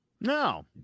No